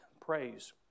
praise